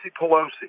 Pelosi